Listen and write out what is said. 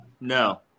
No